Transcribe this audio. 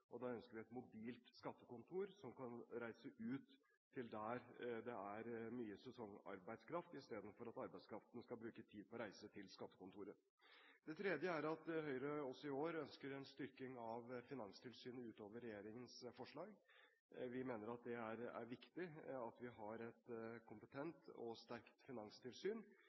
ønsker et mobilt skattekontor som kan reise ut til der det er mye sesongarbeidskraft, istedenfor at arbeidskraften skal bruke tid på å reise til skattekontoret. Det tredje er at Høyre også i år ønsker en styrking av Finanstilsynet utover regjeringens forslag. Vi mener det er viktig at vi har et kompetent og sterkt finanstilsyn